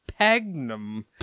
Pagnum